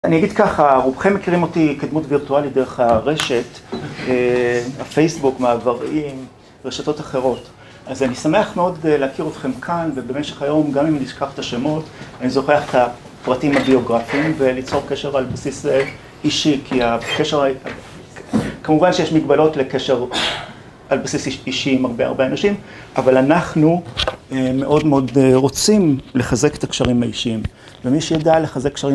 אני אגיד ככה, רובכם מכירים אותי כדמות וירטואלית דרך הרשת. הפייסבוק, מעברים, רשתות אחרות, אז אני שמח מאוד להכיר אתכם כאן ובמשך היום, גם אם אשכח את השמות, אני זוכר את הפרטים הביוגרפים וניצור קשר על בסיס אישי, כי הקשר, כמובן שיש מגבלות לקשר על בסיס אישי עם הרבה הרבה אנשים, אבל אנחנו מאוד מאוד רוצים לחזק את הקשרים האישיים ומי שיודע לחזק